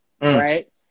right